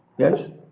yes,